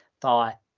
thought